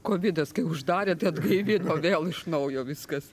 kovidas kai uždarė tai atgaivino vėl iš naujo viskas